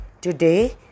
today